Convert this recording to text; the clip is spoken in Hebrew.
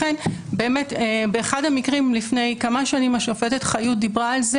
באחד המקרים לפני כמה שנים השופטת חיות דיברה על זה